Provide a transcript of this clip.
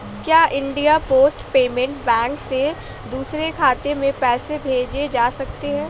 क्या India post payment bank से दूसरे खाते में पैसे भेजे जा सकते हैं?